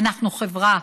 אנחנו חברה,